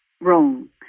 wrong